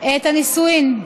את הנישואין.